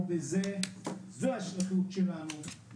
זו השליחות שלנו,